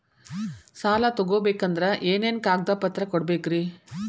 ಸಾಲ ತೊಗೋಬೇಕಂದ್ರ ಏನೇನ್ ಕಾಗದಪತ್ರ ಕೊಡಬೇಕ್ರಿ?